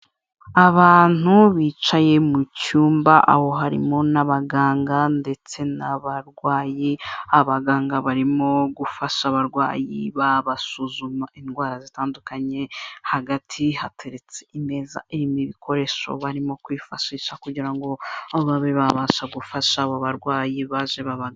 Abantu bicaye mu cyumba aho harimo n'abaganga ndetse n'abarwayi, abaganga barimo gufasha abarwayi babasuzuma indwara zitandukanye, hagati hateretse imeza irimo ibikoresho barimo kwifashisha kugira ngo babe babashe gufasha abo barwayi baje babagana.